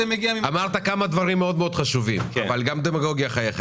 אמרת כמה דברים מאוד חשובים אבל יש להיזהר מדמגוגיה.